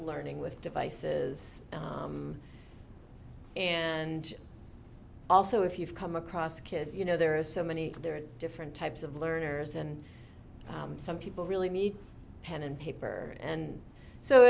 learning with devices and also if you've come across kids you know there are so many different types of learners and some people really need pen and paper and so